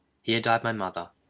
here died my mother.